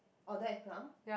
oh don't have plum